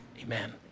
Amen